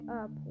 up